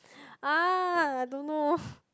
ah I don't know